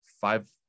five